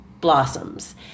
blossoms